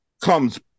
comes